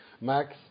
Max